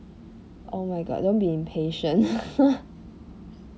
oh my god don't be impatient